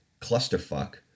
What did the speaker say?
clusterfuck